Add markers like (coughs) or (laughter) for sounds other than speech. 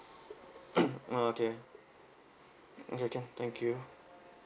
(coughs) oh okay okay can thank you